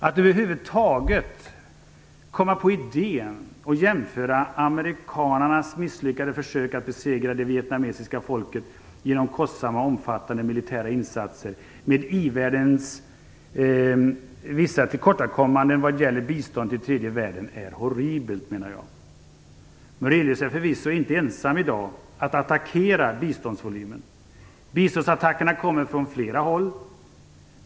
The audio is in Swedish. Att över huvud taget komma på idén att jämföra amerikanarnas misslyckade försök att besegra det vietnamesiska folket genom kostsamma och omfattande militära insatser med vissa av i-världens tillkortakommanden vad gäller bistånd till tredje världen är horribelt, menar jag. Murelius är i dag förvisso inte ensam om att attackera biståndsvolymen. Biståndsattackerna kommer från flera håll.